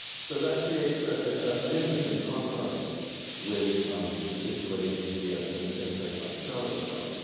so that creates ah ah an interesting contrast with the situation here, in in a place like charlottesville.